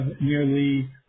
nearly